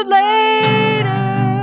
later